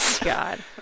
God